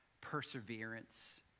perseverance